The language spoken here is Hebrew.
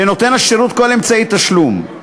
לנותן השירות כל אמצעי תשלום.